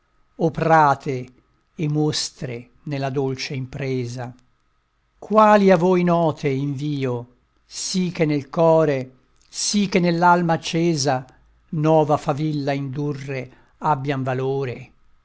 oprate e mostre nella dolce impresa quali a voi note invio sì che nel core sì che nell'alma accesa nova favilla indurre abbian valore